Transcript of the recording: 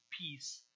Peace